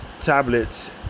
tablets